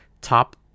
top